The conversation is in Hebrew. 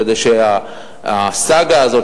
כדי שהסאגה הזאת,